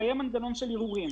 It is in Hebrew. לקיים מנגנון של ערעורים,